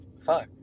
fuck